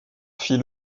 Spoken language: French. fit